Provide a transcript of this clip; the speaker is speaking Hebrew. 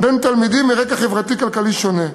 תלמידים מרקעים חברתיים-כלכליים שונים,